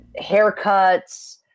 haircuts